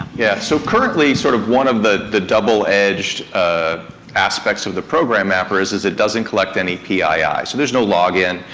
yeah, so currently sort of one of the the double-edged ah aspects of the program mappers is it doesn't collect any pii, so there's no login,